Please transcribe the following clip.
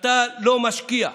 אתה לא משקיע,